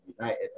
united